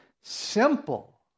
simple